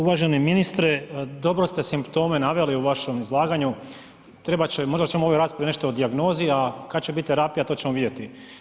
Uvaženi ministre, dobro ste simptome naveli u vašem izlaganju, trebat će, možda ćemo u ovoj raspravi nešto o dijagnozi, a kad će bit terapija to ćemo vidjeti.